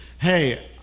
hey